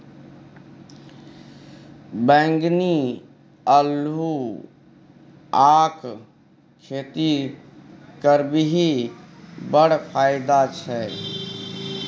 बैंगनी अल्हुआक खेती करबिही बड़ फायदा छै